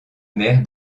mère